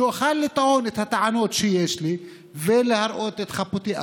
שאוכל לטעון את הטענות שיש לי ולהראות את חפותי.